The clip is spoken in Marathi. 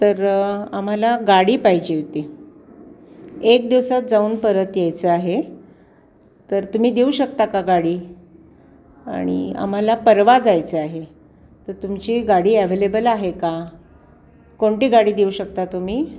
तर आम्हाला गाडी पाहिजे होती एक दिवसात जाऊन परत यायचं आहे तर तुम्ही देऊ शकता का गाडी आणि आम्हाला परवा जायचं आहे तर तुमची गाडी अव्हेलेबल आहे का कोणती गाडी देऊ शकता तुम्ही